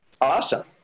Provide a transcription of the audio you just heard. awesome